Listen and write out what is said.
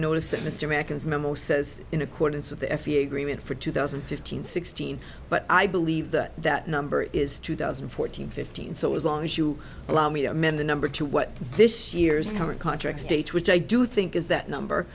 is that mr americans memo says in accordance with the f a a agreement for two thousand and fifteen sixteen but i believe that that number is two thousand and fourteen fifteen so as long as you allow me to amend the number to what this year's cover contract states which i do think is that number